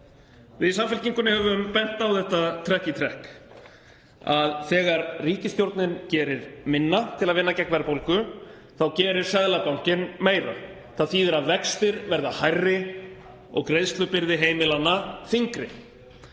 Við í Samfylkingunni höfum bent á það trekk í trekk að þegar ríkisstjórnin gerir minna til að vinna gegn verðbólgu þá gerir Seðlabankinn meira. Það þýðir að vextir verða hærri og greiðslubyrði heimilanna þyngri.